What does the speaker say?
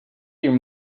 your